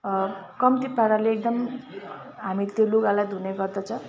कम्ती पाराले एकदम हामी त्यो लुगालाई धुने गर्दछौँ